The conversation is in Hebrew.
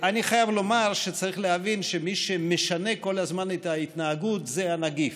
אני חייב לומר שצריך להבין שמי שמשנה כל הזמן את ההתנהגות זה הנגיף,